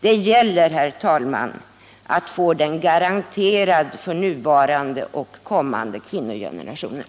Det gäller, herr talman, att få den garanterad för nuvarande och kommande kvinnogenerationer.